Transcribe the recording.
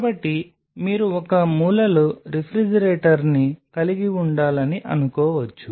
కాబట్టి మీరు ఒక మూలలో రిఫ్రిజిరేటర్ని కలిగి ఉండాలని అనుకోవచ్చు